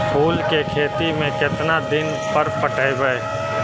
फूल के खेती में केतना दिन पर पटइबै?